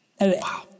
Wow